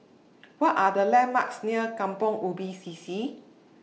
What Are The landmarks near Kampong Ubi C C